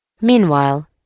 Meanwhile